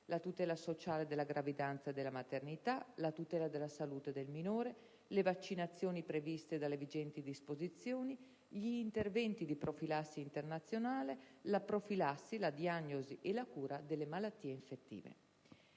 la tutela sociale della gravidanza e della maternità; la tutela della salute del minore; le vaccinazioni previste dalle vigenti disposizioni; gli interventi di profilassi internazionale; la profilassi, la diagnosi e la cura delle malattie infettive.